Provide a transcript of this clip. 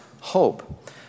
hope